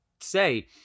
say